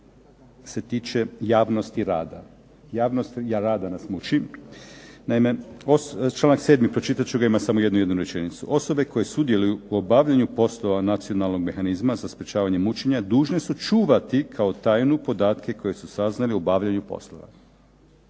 se tiče javnosti rada. Javnost rada nas muči, naime članak 7. pročitat ću ga, ima samo jednu jedinu rečenicu. "Osobe koje sudjeluju u obavljanju poslova nacionalnog mehanizma za sprečavanje mučenja dužni su čuvati kao tajnu podatke koje su saznali u obavljanju poslova."